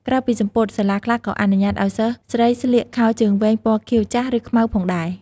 ក្រៅពីសំពត់ សាលាខ្លះក៏អនុញ្ញាតឱ្យសិស្សស្រីស្លៀក ខោជើងវែងពណ៌ខៀវចាស់ ឬ ខ្មៅ ផងដែរ។